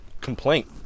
complaint